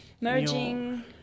Merging